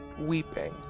weeping